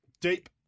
Deep